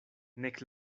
nek